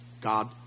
God